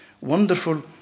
wonderful